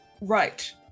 Right